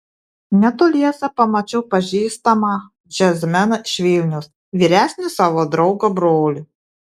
netoliese pamačiau pažįstamą džiazmeną iš vilniaus vyresnį savo draugo brolį